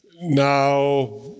Now